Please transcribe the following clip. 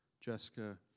Jessica